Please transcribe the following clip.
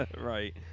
right